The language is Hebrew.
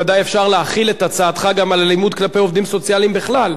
ודאי אפשר להחיל את הצעתך גם על אלימות כלפי עובדים סוציאליים בכלל.